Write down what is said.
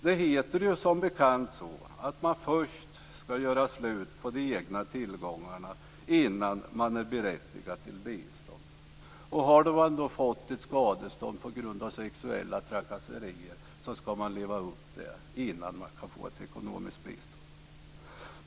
Det heter som bekant att man först ska göra slut på de egna tillgångarna innan man är berättigad till bistånd. Har man då fått ett skadestånd på grund av sexuella trakasserier så ska man leva upp det innan man kan få ett ekonomiskt bistånd.